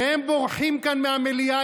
והם בורחים כאן מהמליאה.